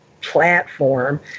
platform